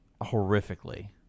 horrifically